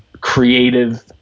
creative